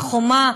החומה,